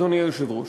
אדוני היושב-ראש,